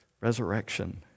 resurrection